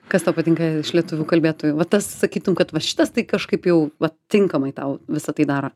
kas tau patinka lietuvių kalbėtojų va tas sakytum kad va šitas tai kažkaip jau vat tinkamai tau visa tai daro